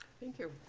thank you.